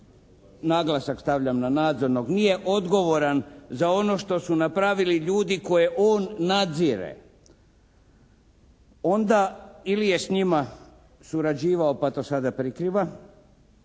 naglasak stavljam na nadzornog, nije odgovoran za ono što su napravili ljudi koje on nadzire, onda ili je s njima surađivao pa to sada prikriva